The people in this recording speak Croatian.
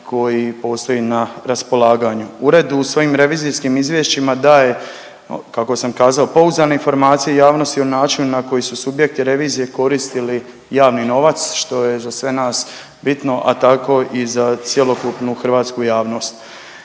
koji postoji na raspolaganju. Ured u svojim revizijskim izvješćima daje kako sam kazao pouzdane informacije i javnosti o načinu na koji su subjekti revizije koristili javni novac što je za sve nas bitno, a tako i za cjelokupnu hrvatsku javnost.